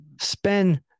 Spend